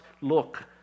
look